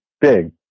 big